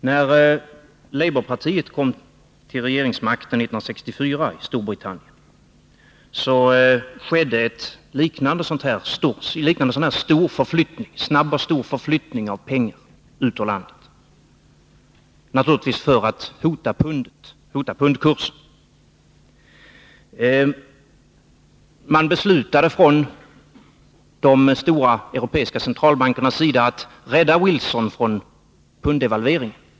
När Labourpartiet kom till regeringsmakten i Storbritannien år 1964 skedde en liknande snabb och stor förflyttning av pengar ut ur landet, naturligtvis för att hota pundkursen. De stora europeiska centralbankerna beslöt då att rädda Wilson från att devalvera pundet.